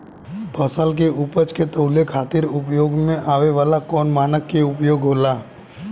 फसल के उपज के तौले खातिर उपयोग में आवे वाला कौन मानक के उपयोग होला?